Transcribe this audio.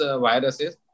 viruses